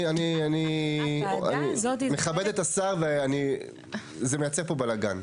אני מכבד את השר, וזה מייצר פה בלגן.